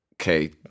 okay